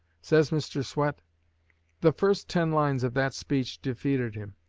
says mr. swett the first ten lines of that speech defeated him.